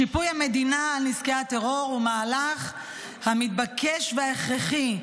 שיפוי המדינה על נזקי הטרור הוא המהלך המתבקש וההכרחי,